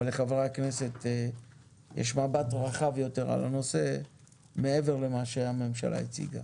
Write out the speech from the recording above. אבל לחברי הכנסת יש מבט רחב יותר על הנושא מעבר למה שהממשלה הציגה.